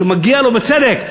שמגיע לו בצדק,